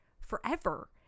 forever